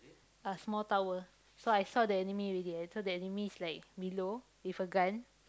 a small tower so I saw the enemy already I saw the enemy is like below with a gun